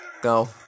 Go